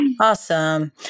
Awesome